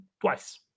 twice